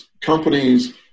companies